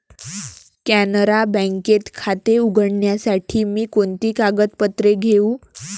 कॅनरा बँकेत खाते उघडण्यासाठी मी कोणती कागदपत्रे घेऊ?